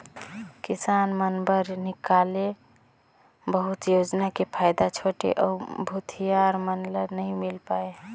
किसान मन बर निकाले बहुत योजना के फायदा छोटे अउ भूथियार मन ल नइ मिल पाये